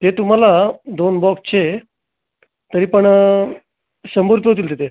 ते तुम्हाला दोन बॉक्सचे तरी पण शंभर रुपये होतील तिथे